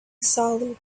solid